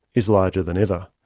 is larger than ever.